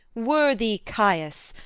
worthy caius,